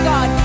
God